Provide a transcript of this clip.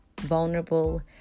vulnerable